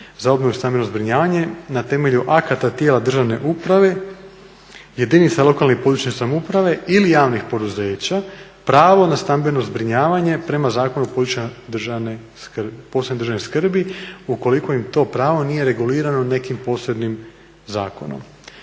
za obnovu i stambeno zbrinjavanje na temelju akta tijela državne uprave, jedinica lokalne i područne samouprave ili javnih poduzeća pravo na stambeno zbrinjavanje prema Zakonu o područjima posebne državne skrbi ukoliko im to pravo nije regulirano nekim posebnim zakonom.